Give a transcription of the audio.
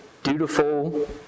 dutiful